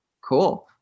Cool